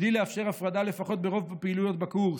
בלי לאפשר הפרדה לפחות ברוב הפעילויות בקורס,